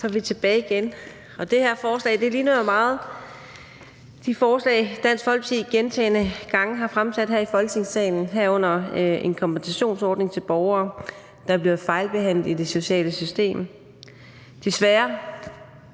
Så er vi tilbage igen. Det her forslag ligner jo meget de forslag, Dansk Folkeparti gentagne gange har fremsat her i Folketingssalen, herunder en kompensationsordning til borgere, der bliver fejlbehandlet i det sociale system.